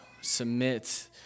Submit